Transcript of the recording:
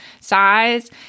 size